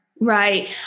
Right